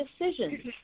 decisions